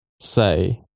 say